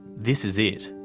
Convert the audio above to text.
this is it.